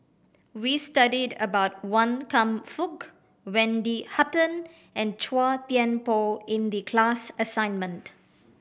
we studied about Wan Kam Fook Wendy Hutton and Chua Thian Poh in the class assignment